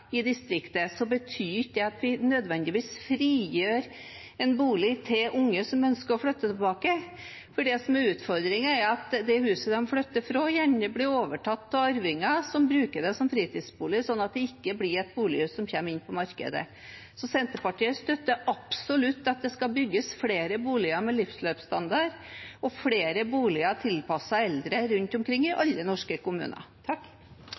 i distriktene, betyr ikke det at man nødvendigvis frigjør en bolig til unge som ønsker å flytte tilbake. Det som er utfordringen, er at det huset de flytter fra, gjerne blir overtatt av arvinger som bruker det som fritidsbolig, slik at det ikke blir et bolighus som kommer inn på markedet. Så Senterpartiet støtter absolutt at det skal bygges flere boliger med livsløpsstandard og flere boliger tilpasset eldre rundt omkring i alle norske kommuner.